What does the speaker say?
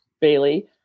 Bailey